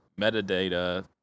metadata